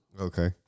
Okay